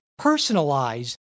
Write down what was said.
personalize